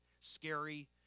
scary